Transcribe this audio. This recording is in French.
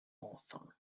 enfin